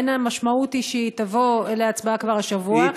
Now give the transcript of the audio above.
אין המשמעות היא שהיא תבוא להצבעה כבר השבוע,